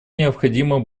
необходимы